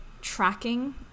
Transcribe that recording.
tracking